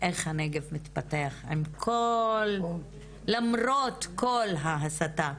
איך הנגב מתפתח למרות כל ההסתה.